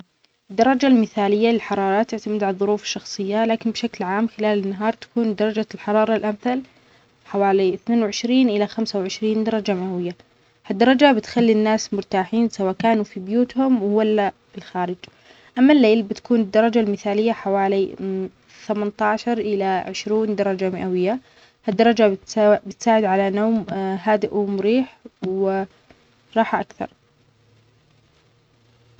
درجة المثالية للحرارات تعتمد على الظروف شخصية، لكن بشكل عام خلال النهار تكون درجة الحرارة الأمثل حوالي اثنين وعشرين إلى خمسه وعشرين درجة مئوية. هالدرجة بتخلي الناس مرتاحين سواء كانوا في بيوتهم ولا بالخارج. أما الليل بتكون الدرجة المثالية حوالي تمنتاشر إلى عشرون درجة مئوية. هالدرجة بتساعد على نوم هادئ ومريح وراحة أكثر.